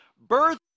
birth